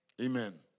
Amen